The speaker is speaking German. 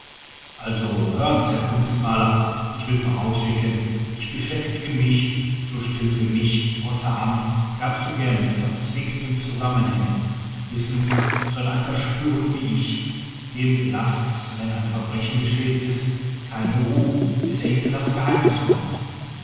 also hören's herr kunstmaler ich will vorausschicken ich beschäftige mich so still für mich außer amt gar zu gern mit verzwickten zusammenhängen wissen's so ein alter spürhund wie ich dem laßt's wenn ein verbrechen geschehen ist keine ruh bis er hinter das geheimnis kommt